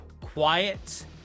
quiet